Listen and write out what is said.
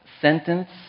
sentence